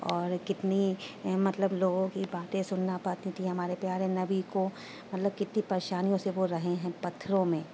اور کتنی مطلب لوگوں کی باتیں سننا پڑتی تھیں ہمارے پیارے نبی کو مطلب کتنی پریشانیوں سے وہ رہے ہیں پتھروں میں